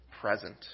present